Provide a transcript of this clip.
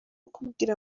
kubwira